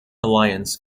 alliance